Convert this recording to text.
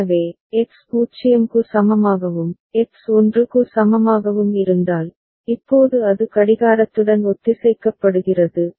எனவே X 0 க்கு சமமாகவும் X 1 க்கு சமமாகவும் இருந்தால் இப்போது அது கடிகாரத்துடன் ஒத்திசைக்கப்படுகிறது